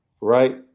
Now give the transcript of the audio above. right